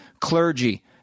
Clergy